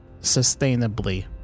sustainably